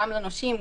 גם לנושים,